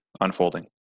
unfolding